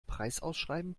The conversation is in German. preisausschreiben